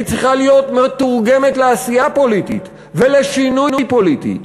והיא צריכה להיות מתורגמת לעשייה פוליטית ולשינוי פוליטי,